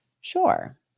Sure